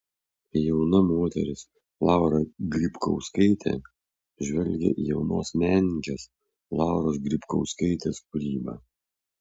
jauna moteris laura grybkauskaitė žvelgia į jaunos menininkės lauros grybkauskaitės kūrybą